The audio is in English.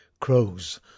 Crows